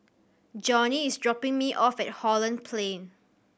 Johny is dropping me off at Holland Plain